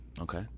Okay